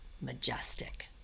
majestic